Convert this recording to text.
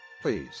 please